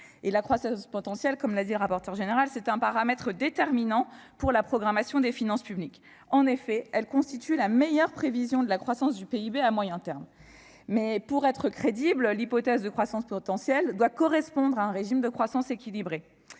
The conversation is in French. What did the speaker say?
la croissance potentielle est un paramètre déterminant pour la programmation des finances publiques. En effet, elle constitue la meilleure prévision de la croissance du PIB à moyen terme. Mais pour être crédible, l'hypothèse de croissance potentielle doit correspondre à un régime de croissance équilibré.